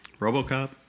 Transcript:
RoboCop